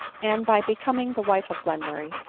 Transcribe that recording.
and, by becoming the wife of glenmurray,